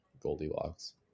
Goldilocks